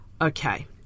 Okay